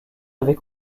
avec